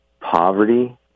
poverty